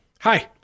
Hi